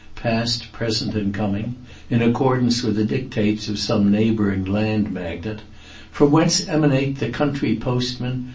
past, present, and coming in accordance with the dictates of some neighbouring land magnate from whence emanate the country postmen,